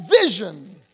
vision